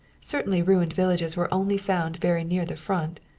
certainly ruined villages were only found very near the front.